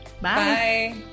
Bye